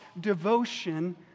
devotion